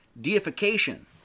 deification